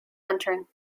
entering